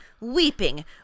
weeping